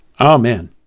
Amen